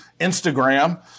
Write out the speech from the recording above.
Instagram